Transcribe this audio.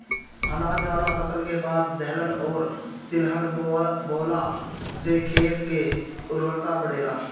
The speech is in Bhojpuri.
अनाज वाला फसल के बाद दलहन अउरी तिलहन बोअला से खेत के उर्वरता बढ़ेला